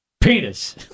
penis